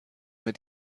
mit